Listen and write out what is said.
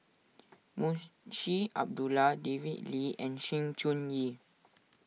Munshi Abdullah David Lee and Sng Choon Yee